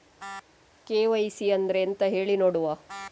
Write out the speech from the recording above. KYC ಅಂದ್ರೆ ಎಂತ ಹೇಳಿ ನೋಡುವ?